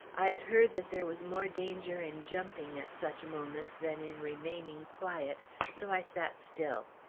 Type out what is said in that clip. i had heard that there was more danger in jumping at such moments than in remaining quiet, so i sat still.